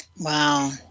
Wow